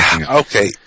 okay